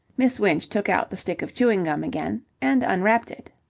miss winch took out the stick of chewing-gum again and unwrapped it.